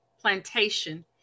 Plantation